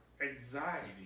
anxiety